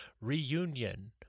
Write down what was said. Reunion